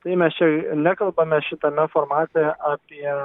tai mes čia nekalbame šitame formate apie